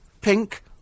pink